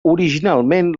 originalment